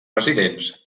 residents